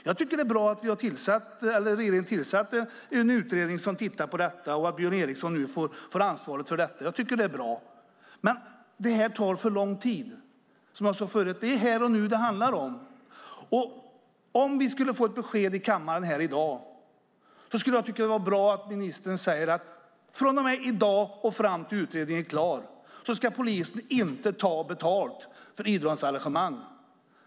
Jag tycker att det är bra att regeringen har tillsatt en utredning som tittar på detta. Det är bra att Björn Eriksson får ansvaret för utredningen. Men det här tar för lång tid. Det är här och nu det handlar om. Om vi får ett besked i kammaren i dag vore det bra om ministern sade att från och med i dag och fram till dess utredningen är klar ska polisen inte ta betalt för idrottsarrangemang.